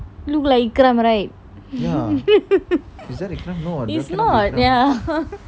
look like clone right it's not ya